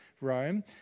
Rome